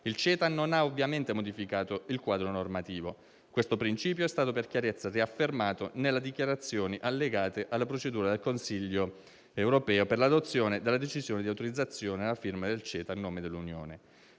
Il CETA non ha ovviamente modificato il quadro normativo. Questo principio è stato per chiarezza riaffermato nelle dichiarazioni allegate alla procedura del Consiglio europeo per l'adozione della decisione di autorizzare la firma del CETA a nome dell'Unione.